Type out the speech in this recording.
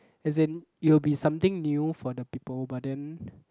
as in it will be something new for the people but then